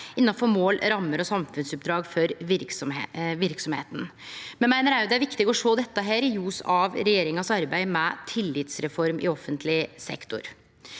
innanfor mål, rammer og samfunnsoppdrag for verksemda. Me meiner også det er viktig å sjå dette i ljos av regjeringa sitt arbeid med ei tillitsreform i offentleg sektor.